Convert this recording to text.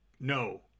no